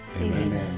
Amen